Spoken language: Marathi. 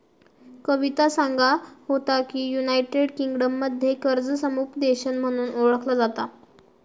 कविता सांगा होता की, युनायटेड किंगडममध्ये कर्ज समुपदेशन म्हणून ओळखला जाता